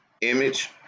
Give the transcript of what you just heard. Image